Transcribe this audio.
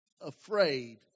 afraid